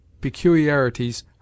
peculiarities